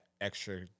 extra